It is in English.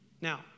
Now